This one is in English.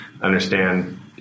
understand